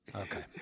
Okay